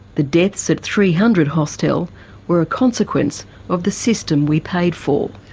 the deaths at three hundred hostel were a consequence of the system we paid for.